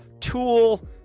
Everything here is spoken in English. Tool